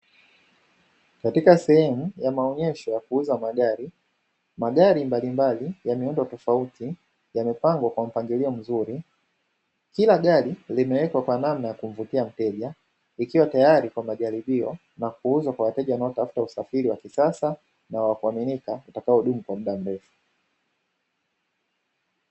Katika sehemu ya maonyesho ya kuuza magari magari mbalimbali ya miundo tofauti yamepangwa kwa mpangilio mzuri, kila gari limewekwa kwa namna ya kumpokea mteja ikiwa tayari kwa majaribio, na kuuza kwa wateja wanaotafuta usafiri wa kisasa na kuaminika utakaodumu kwa muda mrefu